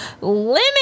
Limit